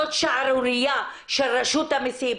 זאת שערורייה של רשות המסים,